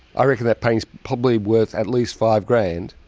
i reckon that painting's probably worth at least five grand.